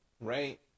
right